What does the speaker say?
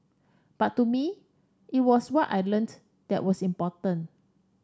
but to me it was what I learnt that was important